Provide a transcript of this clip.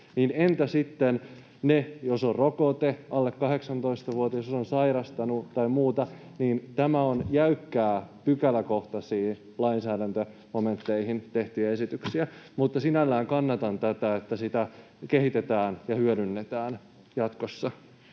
Entä sitten ne, joilla on rokote tai jos on alle 18-vuotias tai jos on sairastunut tai muuta? Tämä on jäykkää, nämä ovat pykäläkohtaisia, lainsäädäntömomentteihin tehtyjä esityksiä. Mutta sinällään kannatan tätä, että sitä kehitetään ja hyödynnetään jatkossa.